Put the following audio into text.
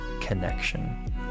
connection